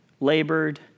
labored